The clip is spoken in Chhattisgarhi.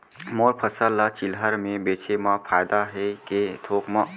मोर फसल ल चिल्हर में बेचे म फायदा है के थोक म?